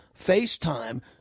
FaceTime